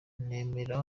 nemera